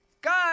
Guys